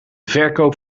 verkoop